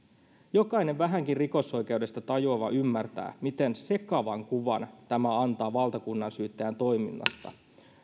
jokainen vähänkin rikosoikeudesta tajuava ymmärtää miten sekavan kuvan tämä antaa valtakunnansyyttäjän toiminnasta